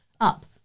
up